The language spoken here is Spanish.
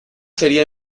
sería